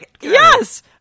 yes